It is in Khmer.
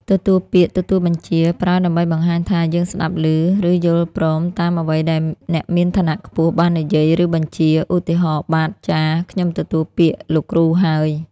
ទទួលពាក្យ ទទួលបញ្ជា ប្រើដើម្បីបង្ហាញថា យើងស្ដាប់ឮ ឬយល់ព្រមតាមអ្វីដែលអ្នកមានឋានៈខ្ពស់បាននិយាយ ឬបញ្ជា ឧទាហរណ៍ បាទ ចាស! ខ្ញុំទទួលពាក្យលោកគ្រូហើយ។